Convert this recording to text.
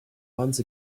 once